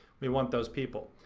we want those people.